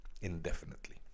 indefinitely